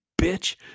bitch